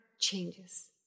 changes